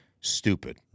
stupid